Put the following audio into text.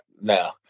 now